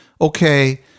okay